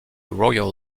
royal